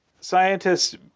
Scientists